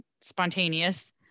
spontaneous